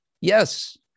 Yes